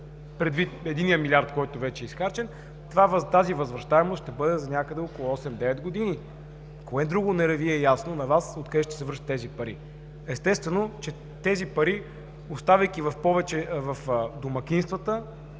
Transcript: предвид единия милиард, който вече е изхарчен, тази възвръщаемост ще бъде някъде за около 8 – 9 години. Кое друго не Ви е ясно на Вас – откъде ще се връщат тези пари? Естествено, че тези пари, оставайки повече в домакинствата,